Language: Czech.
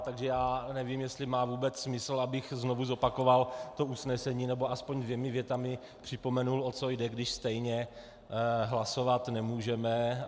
Takže já nevím, jestli má vůbec smysl, abych znovu zopakoval to usnesení nebo aspoň dvěma větami připomenul, o co jde, když stejně hlasovat nemůžeme.